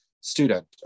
student